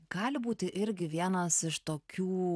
gali būti irgi vienas iš tokių